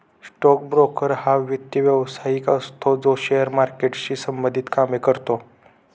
stock broker हा वित्त व्यवसायिक असतो जो शेअर मार्केटशी संबंधित कामे करतो